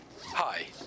Hi